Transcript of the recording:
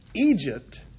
Egypt